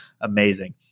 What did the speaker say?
amazing